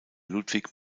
ludwig